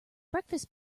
breakfast